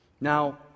Now